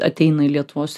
ateina į lietuvos